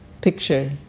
picture